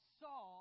saw